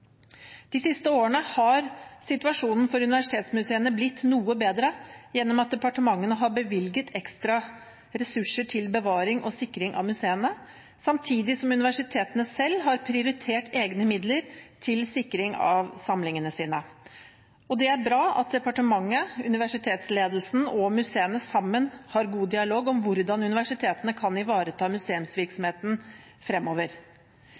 De siste årene har situasjonen for universitetsmuseene blitt noe bedre, gjennom at departementene har bevilget ekstra ressurser til bevaring og sikring av museene, samtidig som universitetene selv har prioritert egne midler til sikring av samlingene sine. Det er bra at departementet, universitetsledelsen og museene sammen har god dialog om hvordan universitetene kan ivareta museumsvirksomheten fremover.